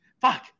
Fuck